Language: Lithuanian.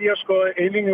ieško eilinių